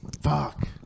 fuck